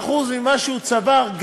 ממה שהוא צבר,